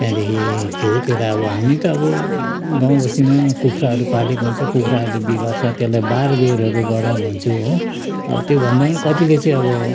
त्यहाँदेखि केरे त्यो त हामी त अब गाउँ बस्तीमा कुखुराहरू पालेको हुन्छ कुखुराहरूले बिगार्छ त्यसलाई बारबेरहरू गर भन्छु हो अब त्यो भन्दा पनि कतिले चाहिँ अब